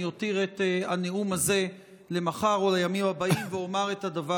אני אותיר את הנאום הזה למחר או לימים הבאים ואומר את הדבר